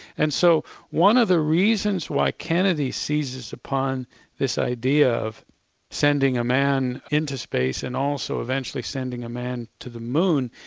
and so one of the reasons why kennedy seizes upon this idea of sending a man into space and also eventually sending a man to the moon,